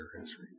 history